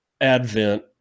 advent